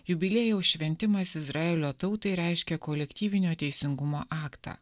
jubiliejaus šventimas izraelio tautai reiškia kolektyvinio teisingumo aktą